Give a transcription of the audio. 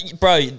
bro